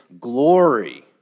glory